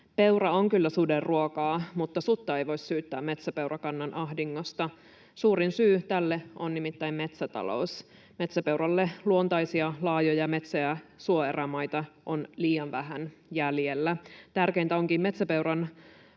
Peura on kyllä suden ruokaa, mutta sutta ei voi syyttää metsäpeurakannan ahdingosta. Suurin syy tälle on nimittäin metsätalous. Metsäpeuralle luontaisia laajoja metsä- ja suoerämaita on liian vähän jäljellä. Tärkeintä onkin metsäpeuran